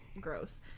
Gross